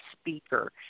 speaker